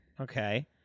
Okay